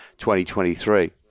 2023